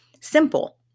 simple